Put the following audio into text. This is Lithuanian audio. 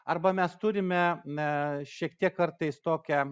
arba mes turime na šiek tiek kartais tokią